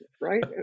right